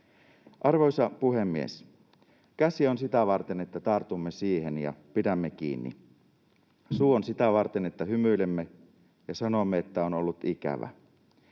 Arvoisa puhemies! Käsi on sitä varten, että tartumme siihen ja pidämme kiinni. Suu on sitä varten, että hymyilemme ja sanomme, että on ollut ikävä.